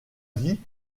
vie